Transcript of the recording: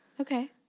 Okay